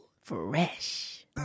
Fresh